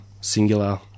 singular